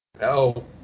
No